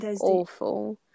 awful